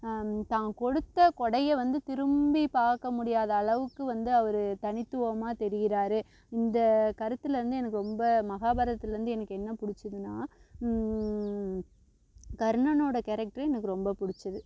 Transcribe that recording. தான் கொடுத்த கொடையை வந்து திரும்பி பார்க்க முடியாத அளவுக்கு வந்து அவரு தனித்துவமாக தெரிகிறாரு இந்த கருத்தில் வந்து எனக்கு ரொம்ப மகாபாரதத்தில் வந்து எனக்கு என்ன பிடிச்சதுன்னா கர்ணனோட கேரக்டரு எனக்கு ரொம்ப பிடிச்சிது